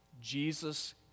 Jesus